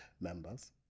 members